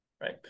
right